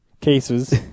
cases